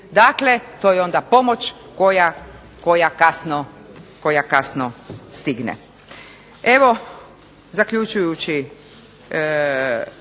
Dakle, to je onda pomoć koja kasno stigne. Evo zaključujući